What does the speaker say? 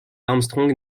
armstrong